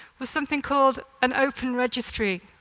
was something called an open registry,